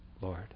Lord